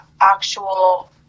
actual